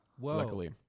luckily